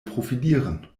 profilieren